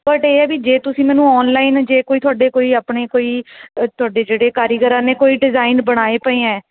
but ਇਹ ਹੈ ਵੀ ਜੇ ਤੁਸੀਂ ਮੈਨੂੰ ਔਨਲਾਈਨ ਜੇ ਕੋਈ ਤੁਹਾਡੇ ਕੋਈ ਆਪਣੇ ਕੋਈ ਤੁਹਾਡੇ ਜਿਹੜੇ ਕਾਰੀਗਰਾਂ ਨੇ ਕੋਈ ਡਿਜ਼ਾਈਨ ਬਣਾਏ ਪਏ ਹੈ